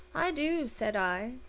i do, said i,